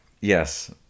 Yes